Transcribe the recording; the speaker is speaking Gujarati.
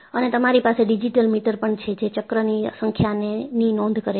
અને તમારી પાસે ડિજિટલ મીટર પણ છે જે ચક્રની સંખ્યાની નોંધ કરે છે